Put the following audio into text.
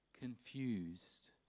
confused